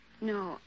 No